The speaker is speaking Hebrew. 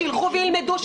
שילכו וילמדו,